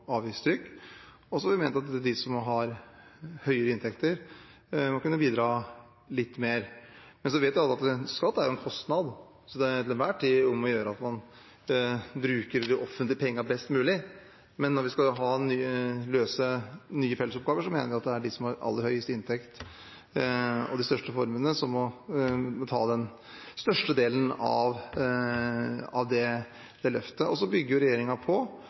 avgiftstrykk. Vi har også ment at de som har høyere inntekter, må kunne bidra litt mer. Så vet vi alle at skatt er en kostnad, så det er til enhver tid om å gjøre at man bruker de offentlige pengene best mulig. Men når vi skal løse nye fellesoppgaver, mener vi at det er dem som har aller høyest inntekt og de største formuene, som må betale den største delen av det løftet. Regjeringen bygger på det brede skatteforliket som var i Stortinget for to stortingsperioder siden. Vi mener at det